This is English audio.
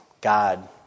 God